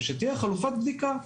שתהיה חלופת בדיקה.